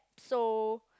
so